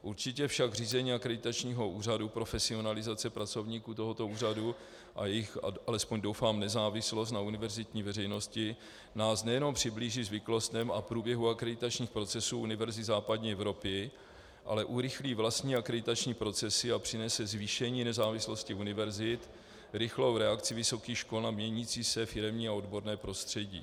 Určitě však zřízení akreditačního úřadu, profesionalizace pracovníků tohoto úřadu a jejich alespoň doufám nezávislost na univerzitní veřejnosti nás nejenom přiblíží zvyklostem a průběhu akreditačních procesů univerzit západní Evropy, ale urychlí vlastní akreditační procesy a přinese zvýšení nezávislosti univerzit, rychlou reakci vysokých škol na měnící se firemní a odborné prostředí.